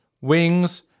Wings